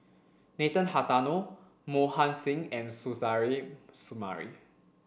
Nathan Hartono Mohan Singh and Suzairhe Sumari